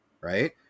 right